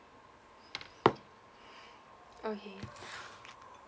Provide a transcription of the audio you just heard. okay